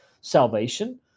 salvation